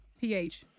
pH